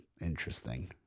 interesting